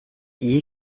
year